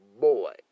boy